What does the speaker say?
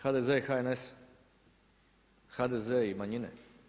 HDZ HNS, HDZ i manjine?